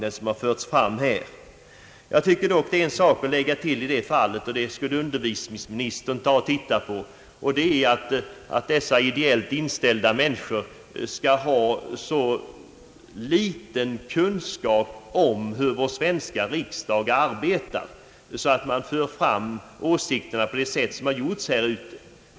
I detta sammanhang tycker jag att det finns ett förhållande, som rent av utbildningsministern borde intressera sig för, nämligen att dessa ideellt inställda människor har så liten kunskap om hur den svenska riksdagen arbetar, att de fört fram sina åsikter på det sätt som skett här ute.